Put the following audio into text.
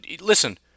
Listen